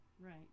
Right